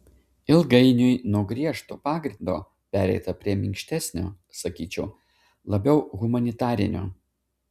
ilgainiui nuo griežto pagrindo pereita prie minkštesnio sakyčiau labiau humanitarinio